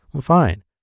fine